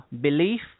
Belief